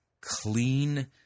clean